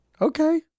Okay